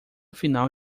final